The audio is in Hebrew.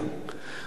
אבל הפתרון שלו,